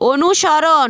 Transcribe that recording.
অনুসরণ